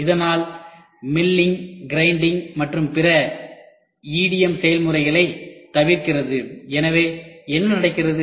இதனால் milling grinding மற்றும் பிற EDM செயல்முறைகளைத் தவிர்க்கிறது எனவே என்ன நடக்கிறது